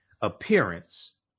appearance